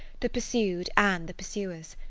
the pursued and the pursuers.